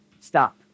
stop